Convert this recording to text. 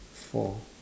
four